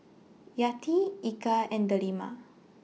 Yati Eka and Delima